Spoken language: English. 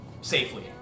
safely